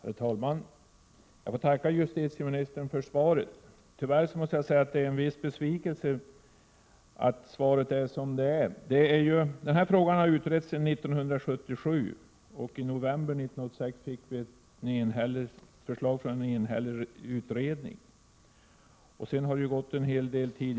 Herr talman! Jag får tacka justitieministern för svaret på min fråga. Tyvärr måste jag säga att jag känner en viss besvikelse över innehållet i svaret. Den här frågan har utretts sedan 1977. I november 1986 fick vi förslag från en enhällig utredning, och sedan har det ju gått en hel del tid.